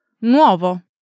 Nuovo